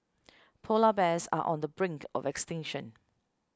Polar Bears are on the brink of extinction